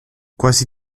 quasi